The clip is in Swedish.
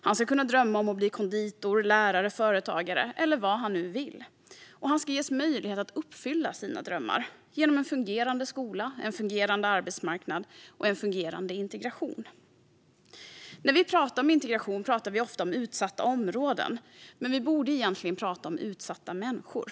Han ska kunna drömma om att bli konditor, lärare, företagare eller vad han nu vill, och han ska ges möjlighet att uppfylla sina drömmar genom en fungerande skola, arbetsmarknad och integration. När vi talar om integration menar vi ofta utsatta områden, men vi borde egentligen tala om utsatta människor.